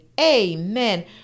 amen